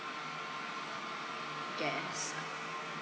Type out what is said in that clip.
gas